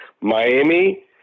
Miami